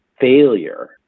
failure